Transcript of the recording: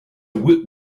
woot